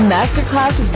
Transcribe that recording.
Masterclass